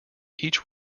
each